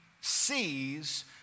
sees